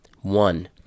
One